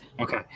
Okay